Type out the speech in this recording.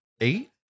Eight